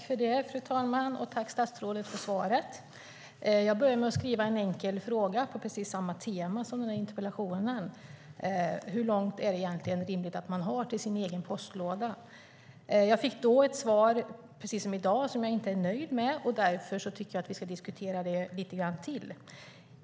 Fru talman! Tack statsrådet för svaret! Jag började med att lämna in en skriftlig fråga på precis samma tema som interpellationen: Hur långt är det egentligen rimligt att man har till sin egen postlåda? Jag fick då ett svar, precis som i dag, som jag inte är nöjd med, och därför tycker jag att vi ska diskutera detta lite till.